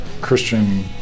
Christian